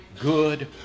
good